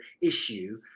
issue